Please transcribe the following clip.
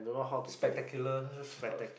spectacular uh